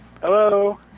Hello